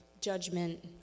judgment